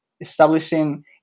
establishing